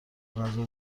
غذا